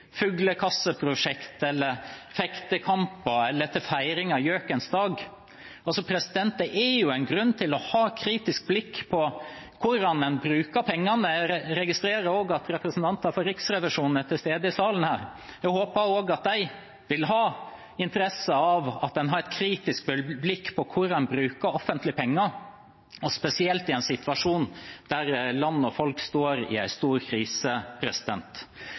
å ha et kritisk blikk på hvordan en bruker pengene. Jeg registrerer at representanter fra Riksrevisjonen er til stede i salen. Jeg håper også at de vil ha interesse av at en har et kritisk blikk på hvordan en bruker offentlige penger, og spesielt i en situasjon der land og folk står i en stor krise.